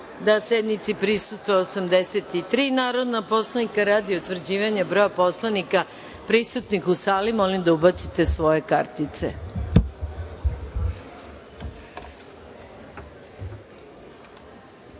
da sednici prisustvuje 83 narodna poslanika. Radi utvrđivanja broja poslanika prisutnih u sali, molim vas da ubacite svoje